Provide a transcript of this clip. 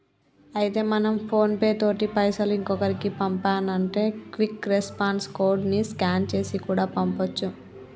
అయితే మనం PhonePe తోటి పైసలు ఇంకొకరికి పంపానంటే క్విక్ రెస్పాన్స్ కోడ్ ని స్కాన్ చేసి కూడా పంపొచ్చు